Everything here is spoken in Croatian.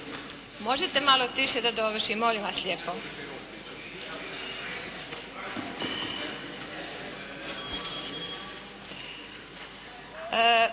Možete malo više da dovršim molim vas lijepo.